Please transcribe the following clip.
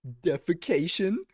Defecation